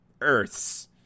earths